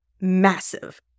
massive